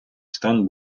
стан